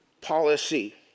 policy